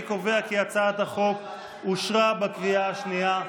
אני קובע כי הצעת החוק אושרה בקריאה השנייה.